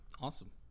Awesome